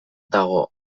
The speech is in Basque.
dago